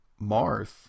Marth